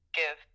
give